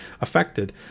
affected